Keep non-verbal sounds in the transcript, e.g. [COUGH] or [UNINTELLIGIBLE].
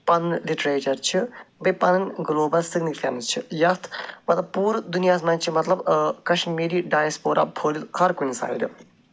پَنُن لِٹریچَر چھِ بیٚیہِ پَنٕنۍ گٕلوبَل سِگنِفِکٮ۪نٕس چھِ یَتھ مطلب پوٗرٕ دنیاہَس منٛز چھِ مطلب کَشمیٖری ڈایَسپوٗرا [UNINTELLIGIBLE] ہَر کُنہِ سایڈٕ